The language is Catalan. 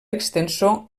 extensor